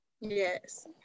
Yes